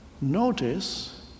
notice